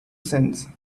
sense